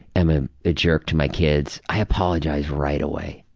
am a jerk to my kids, i apologize right away.